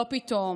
לא פתאום,